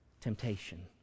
Temptation